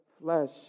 flesh